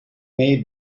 made